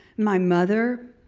my mother,